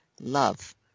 Love